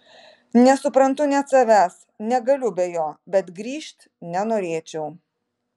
nesuprantu net savęs negaliu be jo bet grįžt nenorėčiau